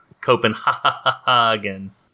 Copenhagen